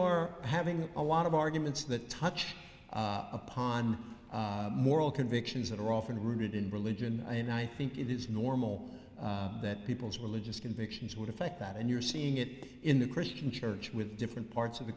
your having a lot of arguments that touch upon moral convictions that are often rooted in religion and i think it is normal that people's religious convictions would affect that and you're seeing it in the christian church with different parts of the